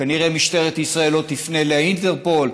כנראה משטרת ישראל לא תפנה לאינטרפול.